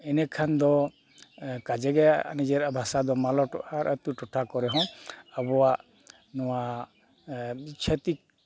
ᱤᱱᱟᱹ ᱠᱷᱟᱱ ᱫᱚ ᱠᱟᱡᱮ ᱜᱮ ᱱᱤᱡᱮᱨᱟᱜ ᱵᱷᱟᱥᱟ ᱫᱚ ᱢᱟᱞᱚᱴᱚᱜᱼᱟ ᱟᱨ ᱟᱹᱛᱩ ᱴᱚᱴᱷᱟ ᱠᱚᱨᱮ ᱦᱚᱸ ᱟᱵᱚᱣᱟᱜ ᱱᱚᱣᱟ ᱪᱷᱟᱹᱛᱤᱠ